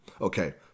Okay